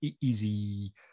easy